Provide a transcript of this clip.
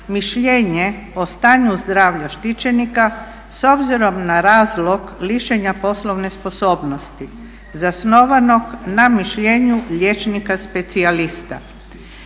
mišljenje o stanju zdravlja štićenika s obzirom na razlog lišenja poslovne sposobnosti zasnovanog na mišljenju liječnika specijalista.